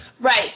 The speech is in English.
Right